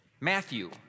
Matthew